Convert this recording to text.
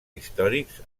històrics